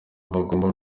bagomba